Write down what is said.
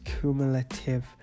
cumulative